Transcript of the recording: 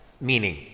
meaning